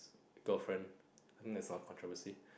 girlfriend I think there's a controversy